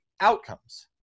outcomes